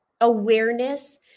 awareness